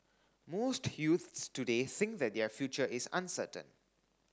most youths today think that their future is uncertain